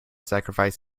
sacrifice